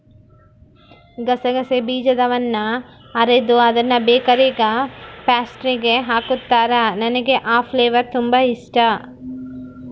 ಗಸಗಸೆ ಬೀಜದವನ್ನ ಅರೆದು ಅದ್ನ ಬೇಕರಿಗ ಪ್ಯಾಸ್ಟ್ರಿಸ್ಗೆ ಹಾಕುತ್ತಾರ, ನನಗೆ ಆ ಫ್ಲೇವರ್ ತುಂಬಾ ಇಷ್ಟಾ